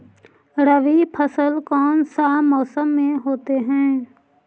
रवि फसल कौन सा मौसम में होते हैं?